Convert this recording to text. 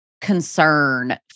concern